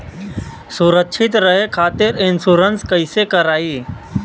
सुरक्षित रहे खातीर इन्शुरन्स कईसे करायी?